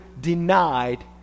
denied